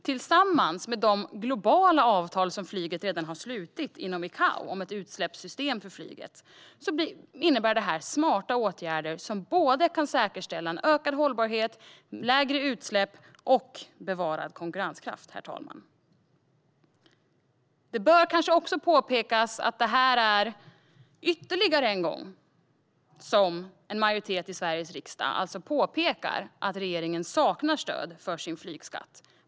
Tillsammans med de globala avtal om ett utsläppsystem för flyget som redan slutits inom ICAO innebär detta smarta åtgärder som både kan säkerställa en ökad hållbarhet och lägre utsläpp och bevarad konkurrenskraft. Det bör kanske också påpekas att en majoritet i Sveriges riksdag ytterligare en gång påpekar att regeringen saknar stöd för sin flygskatt.